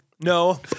No